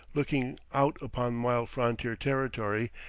looking out upon wild frontier territory,